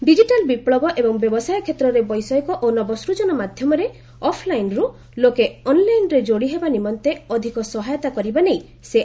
digital ବିପୁବ ଏବଂ ବ୍ୟବସାୟ କ୍ଷେତ୍ରରେ ବୈଷୟିକ ଓ ନବସ୍କଜନ ମାଧ୍ୟମରେ ଅଫ୍ ଲାଇନ୍ରୁ ଲୋକେ ଅନ୍ଲାଇନ୍ରେ ଯୋଡ଼ିହେବା ନିମନ୍ତେ ଅଧିକ ସହାୟତା କରିବା ନେଇ ସେ ଆହ୍ୱାନ ଦେଇଛନ୍ତି